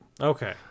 Okay